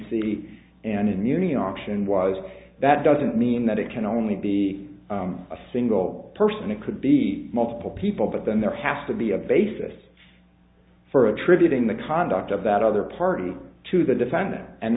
c an immunity option was that doesn't mean that it can only be a single person it could be multiple people but then there has to be a basis for attributing the conduct of that other party to the defendant and